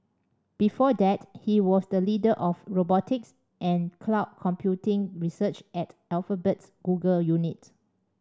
before that he was the leader of robotics and cloud computing research at Alphabet's Google unit